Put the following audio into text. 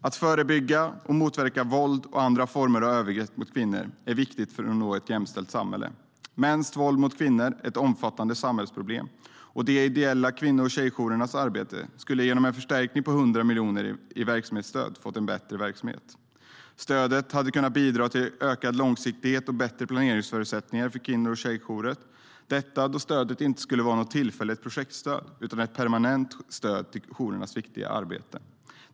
Att förebygga och motverka våld och andra former av övergrepp mot kvinnor är viktigt för att nå ett jämställt samhälle. Mäns våld mot kvinnor är ett omfattande samhällsproblem. De ideella kvinno och tjejjourernas arbete skulle genom en förstärkning på 100 miljoner i verksamhetsstöd ha fått en bättre verksamhet. Stödet hade kunnat bidra till ökad långsiktighet och bättre planeringsförutsättningar för kvinno och tjejjourer eftersom stödet inte skulle vara något tillfälligt projektstöd utan ett permanent stöd till jourernas viktiga arbete.